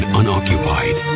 unoccupied